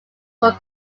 were